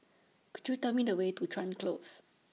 Could YOU Tell Me The Way to Chuan Close